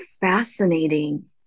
fascinating